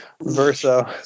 verso